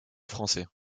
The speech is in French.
français